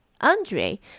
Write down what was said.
Andre